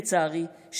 לצערי,